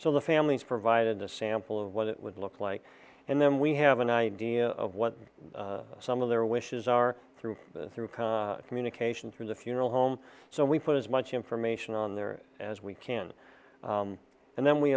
so the families provided a sample of what it would look like and then we have an idea of what some of their wishes are through through kind communication through the funeral home so we put as much information on there as we can and then we